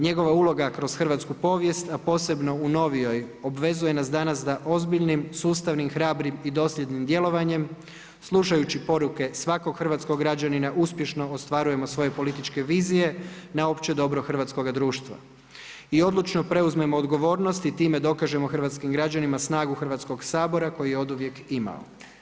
Njegova uloga kroz hrvatsku povijest a posebno u novijoj, obvezuje nas danas da ozbiljnim, sustavnim, hrabrim i dosljednim djelovanjem slušajući poruke svakog hrvatskog građanina, uspješno ostvarujemo svoje političke vizije, na opće dobro hrvatskoga društva i odlučno preuzmemo odgovornost i time dokažemo hrvatskim građanima snagu Hrvatskog sabora koju je oduvijek imao.